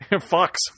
Fox